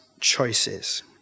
choices